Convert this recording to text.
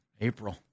April